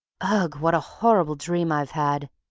ugh! what a horrible dream i've had!